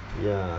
ya